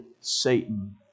Satan